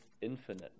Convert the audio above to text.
infinite